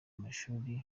amashuri